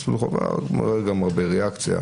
מסלול חובה יש הרבה ריאקציה,